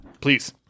Please